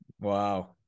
wow